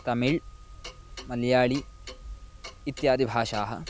Tamil Malayali इत्यादिभाषाः